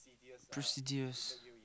procedures